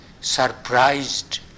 surprised